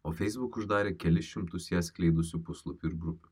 o feisbuk uždarė kelis šimtus ją skleidusių puslapių ir grupių